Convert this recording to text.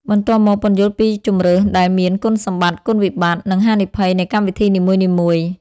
បន្ទាប់មក ពន្យល់ពីជម្រើសដែលមាន គុណសម្បត្តិ គុណវិបត្តិ និងហានិភ័យនៃកម្មវិធីនីមួយៗ។